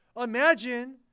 Imagine